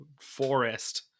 forest